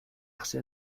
marché